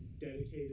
dedicated